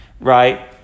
right